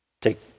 Take